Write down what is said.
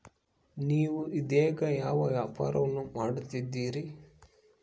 ನೇವು ಇದೇಗ ಯಾವ ವ್ಯಾಪಾರವನ್ನು ಮಾಡುತ್ತಿದ್ದೇರಿ?